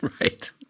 Right